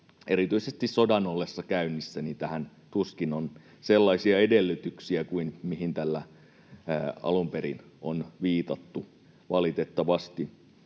erityisesti sodan ollessa käynnissä tuskin on sellaisia edellytyksiä siihen, mihin tällä alun perin on viitattu, valitettavasti.